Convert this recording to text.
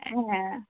ए